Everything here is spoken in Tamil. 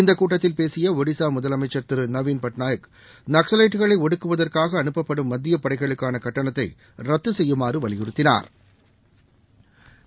இந்தக் கூட்டத்தில் பேசிய ஒடிசா முதலமைச்சர் திரு நவின் பட்நாயக் நக்கலைட்டுகளை ஒடுக்குவதற்காக அனுப்பப்படும் மத்திய படைகளுக்கான கட்டணத்தை ரத்து செய்யுமாறு வலியுறுத்தினா்